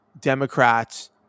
Democrats